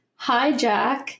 Hijack